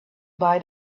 buy